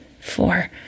four